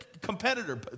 competitor